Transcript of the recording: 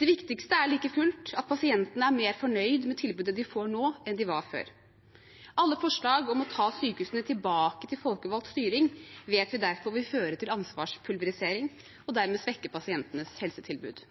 Det viktigste er like fullt at pasientene nå er mer fornøyd med tilbudet de får, enn de var før. Alle forslag om å ta sykehusene tilbake til folkevalgt styring vet vi derfor vil føre til ansvarspulverisering og dermed svekke pasientenes helsetilbud.